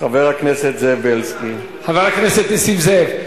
חבר הכנסת זאב בילסקי, חבר הכנסת נסים זאב.